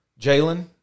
jalen